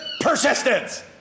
persistence